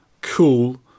cool